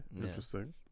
Interesting